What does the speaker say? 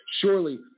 Surely